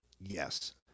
yes